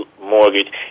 mortgage